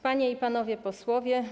Panie i Panowie Posłowie!